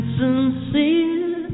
sincere